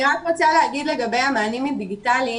אני רק רוצה לומר לגבי המענים הדיגיטליים.